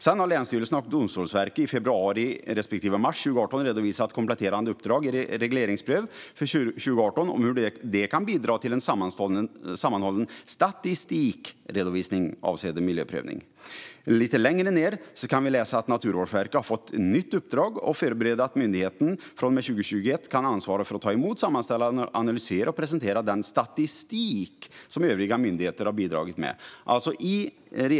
Sedan har länsstyrelserna och Domstolsverket i februari respektive mars 2018 redovisat kompletterande uppdrag i regleringsbrev för 2018 om hur de kan bidra till en sammanhållen statistikredovisning avseende miljöprövning. Lite längre ned kan vi läsa att Naturvårdsverket har fått ett nytt uppdrag att förbereda så att myndigheten från och med 2021 kan ansvara för att ta emot, sammanställa, analysera och presentera den statistik som övriga myndigheter har bidragit med.